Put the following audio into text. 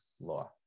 law